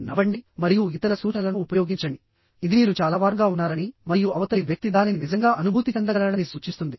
నవ్వండి మరియు ఇతర సూచనలను ఉపయోగించండిఇది మీరు చాలా వార్మ్ గా ఉన్నారని మరియు అవతలి వ్యక్తి దానిని నిజంగా అనుభూతి చెందగలడని సూచిస్తుంది